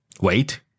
Wait